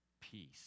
peace